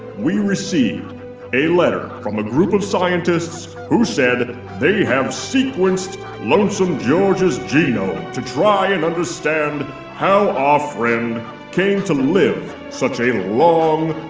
we received a letter from a group of scientists who said they have sequenced lonesome george's genome to try and understand how our friend came to live such a long,